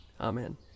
Amen